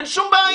אין שום בעיה.